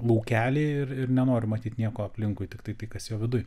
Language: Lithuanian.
laukelį ir nenoriu matyt nieko aplinkui tiktai tai kas jo viduj